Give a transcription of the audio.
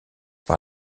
par